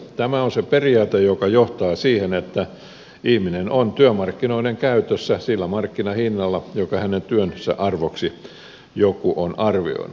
tämä on se periaate joka johtaa siihen että ihminen on työmarkkinoiden käytössä sillä markkinahinnalla jollaiseksi hänen työnsä arvon joku on arvioinut